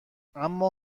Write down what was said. اما